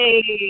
Hey